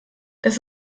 das